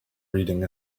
reading